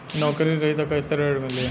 नौकरी रही त कैसे ऋण मिली?